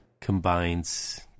combines